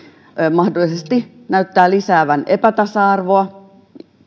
mahdollisesti lisäävän epätasa arvoa